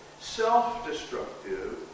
self-destructive